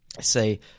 say